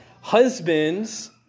Husbands